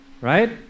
right